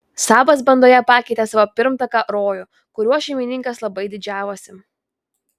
sabas bandoje pakeitė savo pirmtaką rojų kuriuo šeimininkas labai didžiavosi